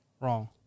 Wrong